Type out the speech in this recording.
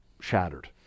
shattered